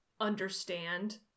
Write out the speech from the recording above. understand